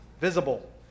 visible